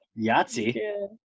Yahtzee